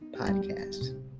podcast